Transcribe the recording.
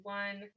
one